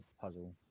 puzzle